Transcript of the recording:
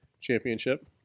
championship